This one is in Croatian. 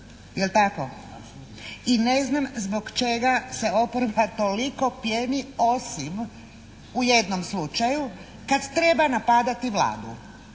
I ne znam zbog čega se oporba toliko pjeni osim u jednom slučaju kad treba napadati Vladu.